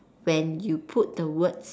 when you put the words